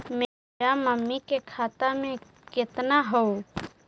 मेरा मामी के खाता में कितना हूउ?